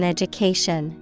Education